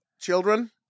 children